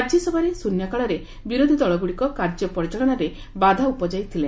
ରାଜ୍ୟସଭାରେ ଶ୍ଚନ୍ୟକାଳରେ ବିରୋଧି ଦଳଗୁଡ଼ିକ କାର୍ଯ୍ୟ ପରିଚାଳନାରେ ବାଧା ଉପ୍ରଜାଇଥିଲେ